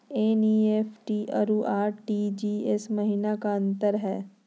NEFT अरु RTGS महिना का अंतर हई?